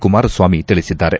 ಕುಮಾರಸ್ವಾಮಿ ತಿಳಿಸಿದ್ದಾರೆ